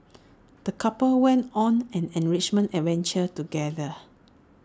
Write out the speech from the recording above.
the couple went on an enriching adventure together